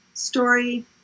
story